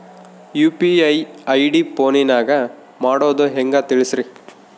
UPI ID ಫೋನಿನಾಗ ಮಾಡೋದು ಹೆಂಗ ತಿಳಿಸ್ರಿ?